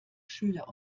schüler